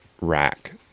rack